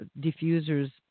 diffusers